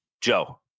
Joe